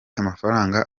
amafaranga